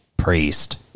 priest